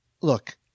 look